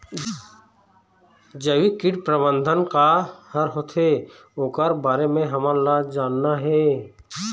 जैविक कीट प्रबंधन का हर होथे ओकर बारे मे हमन ला जानना हे?